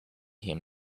him